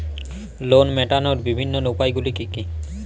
Loan মেটানোর বিভিন্ন উপায়গুলি কী কী?